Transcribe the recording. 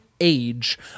age